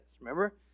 Remember